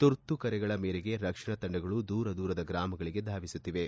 ತುರ್ತು ಕರೆಗಳ ಮೇರೆಗೆ ರಕ್ಷಣಾ ತಂಡಗಳು ದೂರದೂರದ ಗ್ರಾಮಗಳಿಗೆ ದಾವಿಸುತ್ತಿವೆ